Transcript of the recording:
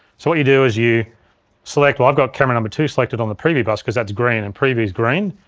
so what you do is you select, well i've got camera number two selected on the preview bus cause that's green and preview's green,